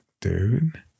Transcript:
dude